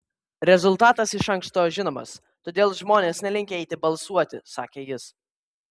rezultatas iš anksto žinomas todėl žmonės nelinkę eiti balsuoti sakė jis